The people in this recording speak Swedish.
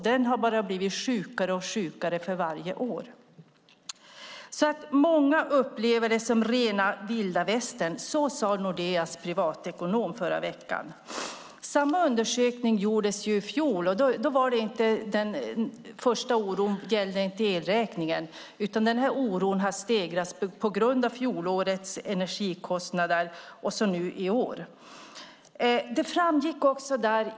Den har bara blivit sjukare och sjukare för varje år. Många upplever den som rena vilda västern. Så sade Nordeas privatekonom i förra veckan. Samma undersökning gjordes i fjol, men då gällde inte oron i första hand elräkningen, utan den här oron har stegrats på grund av fjolårets energikostnader och så även nu i år.